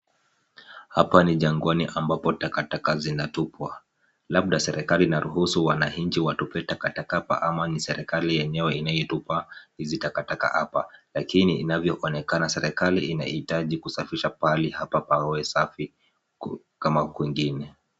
Hapa ni jangwani ambapo takataka zinatupwa. Labda serikali inaruhusu wananchi watupe takataka hapa ama ni serikali yenyewe inayotupa hizi takataka hapa. Lakini inavyoonekana serikali inahitaji kusafisha pahali hapa pawe safi kama kwingine.